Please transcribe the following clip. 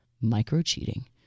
Micro-cheating